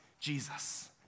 Jesus